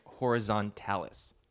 horizontalis